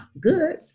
good